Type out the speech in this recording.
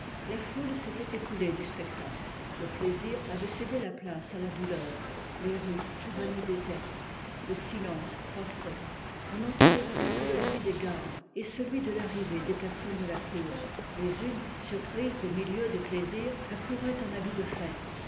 la foule s'étoit écoulée du spectacle le plaisir avoit cédé la place à la douleur les rues devcnoicnt désertes le silence croissoit on n'entendoit plus que le bruit des gardes et celui de l'arrivée des personnes de la cour les unes surprises au milieu des plaisirs accouroient en habits de fêtes